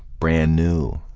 brand new,